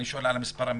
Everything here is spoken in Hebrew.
אני שואל על המספר המרבי.